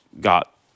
got